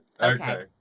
Okay